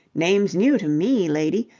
name's new to me, lady.